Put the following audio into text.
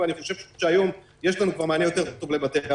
אני חושב שהיום יש לנו כבר מענה יותר טוב לבתי האבות.